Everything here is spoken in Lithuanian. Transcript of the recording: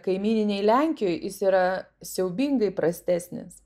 kaimyninėj lenkijoj jis yra siaubingai prastesnis